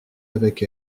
avec